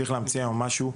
צריך להמציא משהו.